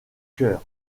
chœur